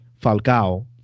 Falcao